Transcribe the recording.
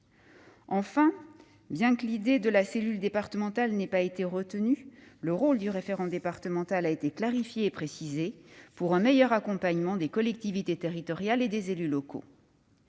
Enfin, bien que l'idée de la cellule départementale n'ait pas été retenue, le rôle du référent départemental a été clarifié et précisé, pour un meilleur accompagnement des collectivités territoriales et des élus locaux.